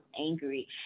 angry